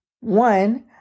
One